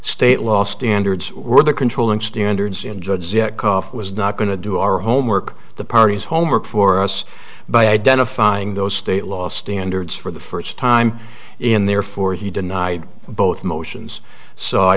state law standards were the controlling standards in judges yet cough was not going to do our homework the parties homework for us by identifying those state law standards for the first time in therefore he denied both motions so i